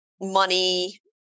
money